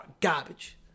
Garbage